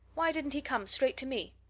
why didn't he come straight to me?